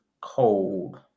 cold